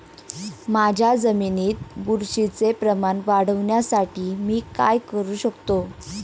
माझ्या जमिनीत बुरशीचे प्रमाण वाढवण्यासाठी मी काय करू शकतो?